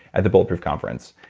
at the bulletproof conference.